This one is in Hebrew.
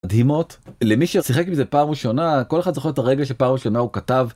דהימות למי ששיחק עם זה פעם ראשונה כל אחד זוכר את הרגע שפעם ראשונה הוא כתב.